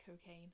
cocaine